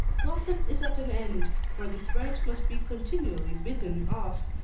gossip is at an end, for the thread must be continually bitten off.